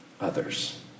others